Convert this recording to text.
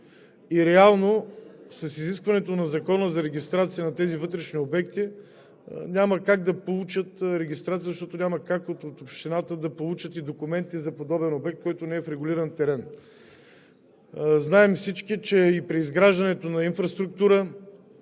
и реално с изискването на Закона за регистрация на тези вътрешни обекти няма как да получат регистрация, защото няма как от общината да получат документи за подобен обект, който не е в регулиран терен. Знаем всички, че и при изграждането на инфраструктура